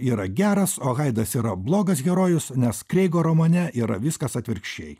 yra geras o haidas yra blogas herojus nes kreigo romane yra viskas atvirkščiai